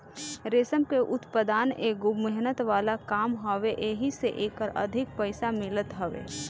रेशम के उत्पदान एगो मेहनत वाला काम हवे एही से एकर अधिक पईसा मिलत हवे